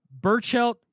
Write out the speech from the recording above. Burchelt